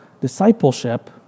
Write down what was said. discipleship